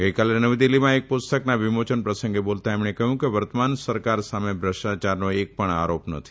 ગઇકાલે નવી દિલ્ફીમાં એક પુસ્તકના વિમોચન પ્રસંગે બોલતાં તેમણે કહયું હતું કે વર્તમાન સરકાર સામે ભ્રષ્ટાયારનો એક પણ આરોપ નથી